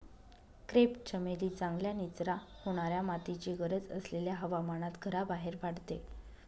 crepe चमेली चांगल्या निचरा होणाऱ्या मातीची गरज असलेल्या हवामानात घराबाहेर वाढते